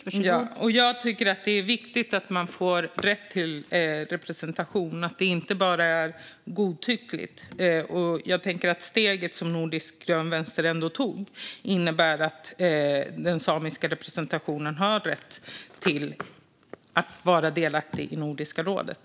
Fru talman! Jag tycker att det är viktigt att man får rätt till representation och att det inte bara är godtyckligt. Steget som Nordisk grön vänster tog innebär att den samiska representationen har rätt att vara delaktig i Nordiska rådet.